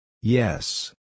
Yes